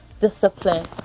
discipline